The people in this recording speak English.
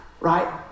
right